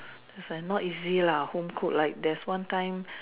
it's like not easy lah home cooked like there's one time